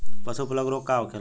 पशु प्लग रोग का होखेला?